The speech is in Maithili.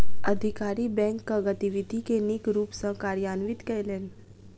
अधिकारी बैंकक गतिविधि के नीक रूप सॅ कार्यान्वित कयलैन